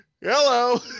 Hello